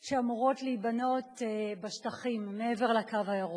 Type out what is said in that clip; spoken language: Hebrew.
שאמורות להיבנות בשטחים, מעבר ל"קו הירוק".